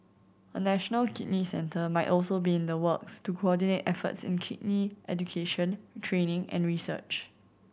a national kidney centre might also be in the works to coordinate efforts in kidney education training and research